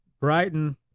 Brighton